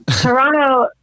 Toronto